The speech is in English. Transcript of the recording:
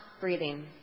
breathing